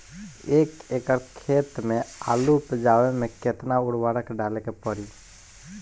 एक एकड़ खेत मे आलू उपजावे मे केतना उर्वरक डाले के पड़ी?